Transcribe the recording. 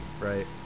right